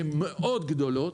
שהן מאוד גדולות.